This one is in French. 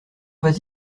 vas